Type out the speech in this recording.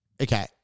Okay